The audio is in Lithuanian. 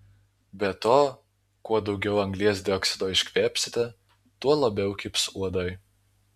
be to kuo daugiau anglies dioksido iškvėpsite tuo labiau kibs uodai